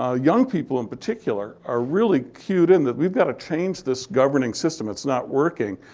ah young people, in particular, are really queued in that we've got to change this governing system. it's not working.